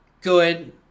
good